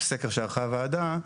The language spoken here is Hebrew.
סקר שערכה הוועדה,